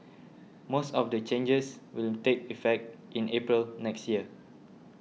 most of the changes will take effect in April next year